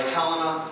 Helena